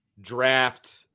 draft